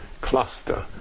cluster